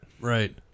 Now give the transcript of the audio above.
Right